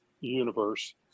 universe